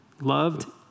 loved